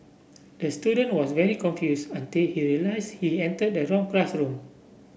the student was very confused until he realised he entered the wrong classroom